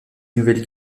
nouvelle